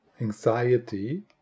anxiety